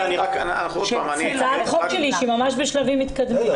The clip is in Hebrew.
זו הצעת חוק שלי שהיא ממש בשלבים מתקדמים.